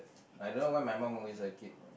I don't know why my mum always like it